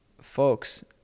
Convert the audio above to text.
folks